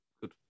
good